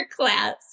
class